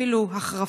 יש אפילו החרפה